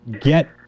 get